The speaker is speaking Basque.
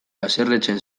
haserretzen